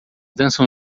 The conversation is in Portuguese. dançam